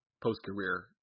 post-career